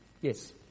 Yes